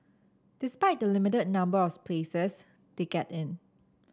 despite the limited number of places they get in